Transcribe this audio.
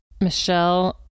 Michelle